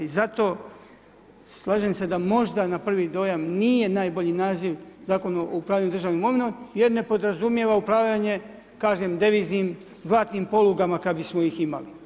I zato slažem se da možda na prvi dojam nije najbolji naziv Zakon o upravljanju državnom imovinom jer ne podrazumijeva upravljanje, kažem, deviznim, zlatnim polugama kada bismo ih imali.